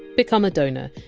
become a donor.